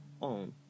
on